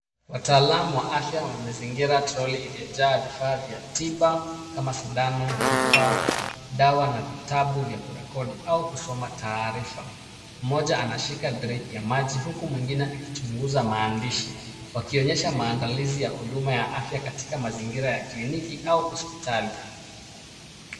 Wataalamu wa afya wamezingira troli iliyojaa vifaa vya tiba kama sindano, chupa, dawa na vitabu vya kurekodi au kusoma taarifa. Mmoja anashika drip ya maji huku mwingine akichunguza maandishi wakionyesha maandalizi ya huduma ya afya katika mazingira ya kliniki au hospitali.